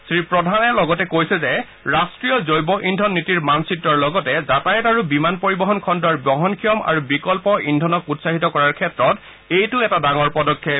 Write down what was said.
শ্ৰী প্ৰধান লগতে কৈছে যে ৰাষ্টীয় জৈৱ ইন্ধন নীতিৰ মানচিত্ৰৰ লগতে যাতায়ত আৰু বিমান পৰিবহণ খণ্ডৰ বহনক্ষম আৰু বিকল্প ইন্ধনক উৎসাহিত কৰাৰ ক্ষেত্ৰত এইটো এটা ডাঙৰ পদক্ষেপ